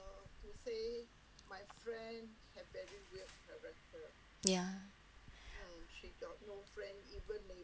ya